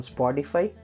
Spotify